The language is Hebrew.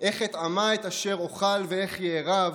איך אטעמה את אשר אוכל ואיך יערב",